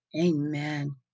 Amen